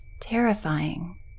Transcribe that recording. terrifying